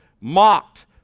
mocked